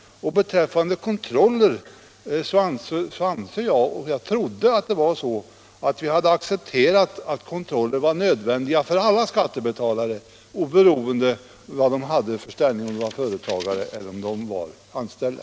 Jag trodde vi hade accepterat att kontroller är nödvändiga för alla skattebetalare, oberoende av vad de har för anställning och oberoende av om de är företagare eller anställda.